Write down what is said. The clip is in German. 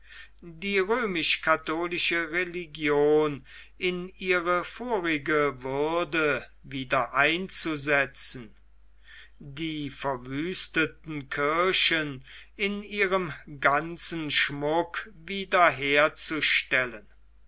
die römisch katholische religion in ihre vorige würde wieder einzusetzen die verwüsteten kirchen in ihrem ganzen schmuck